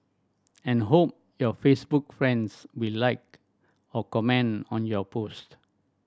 and hope your Facebook friends will like or comment on your post